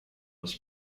das